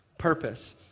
purpose